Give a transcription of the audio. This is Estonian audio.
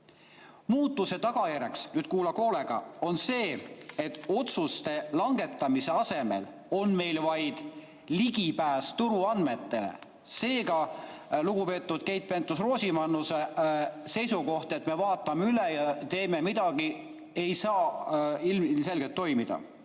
Muutuse tagajärjeks, nüüd kuulake hoolega, on see, et otsuste langetamise asemel on meil vaid ligipääs turuandmetele. Seega, lugupeetud Keit Pentus-Rosimannuse seisukoht, et me vaatame üle ja teeme midagi, ei saa ilmselgelt toimida.